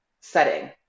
setting